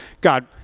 God